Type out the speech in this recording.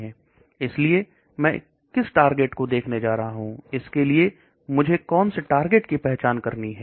इसलिए मैं किस टारगेट को देखने जा रहा हूं इसके लिए मुझे टारगेट की पहचान करनी है